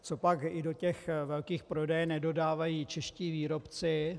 Copak i do těch velkých prodejen nedodávají čeští výrobci?